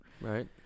Right